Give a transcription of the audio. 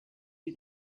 you